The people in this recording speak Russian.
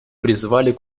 призвали